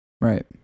Right